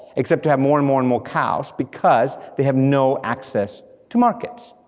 except to have more and more and more cows, because they have no access to markets.